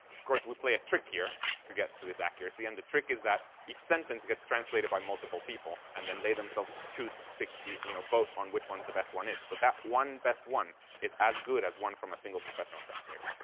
of course we play a trick here to get to this accuracy. and the trick is that each sentence gets translated by multiple people, and then they themselves choose to pick the you know, vote on which one the best one is. but that one best one is as good as one from a single professional translator.